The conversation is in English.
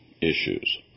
issues